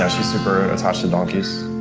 ah she's super attached to donkeys.